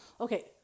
Okay